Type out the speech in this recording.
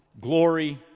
Glory